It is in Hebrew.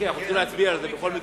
אנחנו צריכים להצביע על זה בכל מקרה.